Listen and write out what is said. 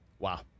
Wow